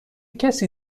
کسی